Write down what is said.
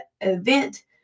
event